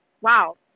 wow